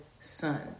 son